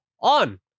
On